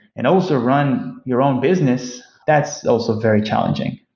and also run your own business, that's also very challenging.